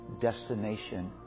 destination